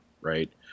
right